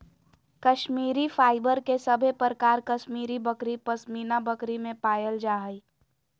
Kashmiri fibre के सभे प्रकार कश्मीरी बकरी, पश्मीना बकरी में पायल जा हय